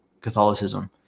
Catholicism